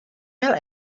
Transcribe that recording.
male